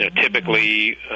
Typically